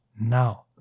now